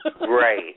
Right